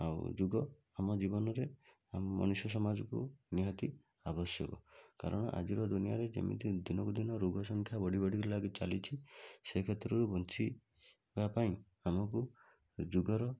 ଆଉ ଯୋଗ ଆମ ଜୀବନରେ ଆମ ମଣିଷ ସମାଜକୁ ନିହାତି ଆବଶ୍ୟକ କାରଣ ଆଜିର ଦୁନିଆରେ ଯେମିତି ଦିନକୁ ଦିନ ରୋଗ ସଂଖ୍ୟା ବଢ଼ି ବଢ଼ି ଲାଗି ଚାଲିଛି ସେଇ କ୍ଷେତ୍ରରେ ବଞ୍ଚିବା ପାଇଁ ଆମକୁ ଯୋଗର